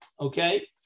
Okay